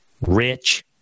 rich